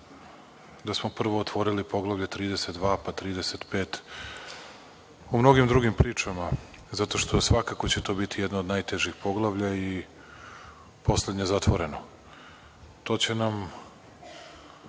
da smo prvo otvorili Poglavlje 32, pa 35, u mnogim drugim pričama, zato što će svakako to biti jedna od najtežih poglavlja i poslednje zatvoreno. To će nam